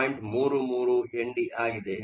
33 Nd ಆಗಿದೆ